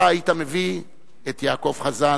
אתה היית מביא את יעקב חזן.